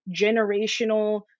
generational